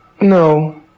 no